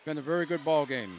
it's been a very good ball game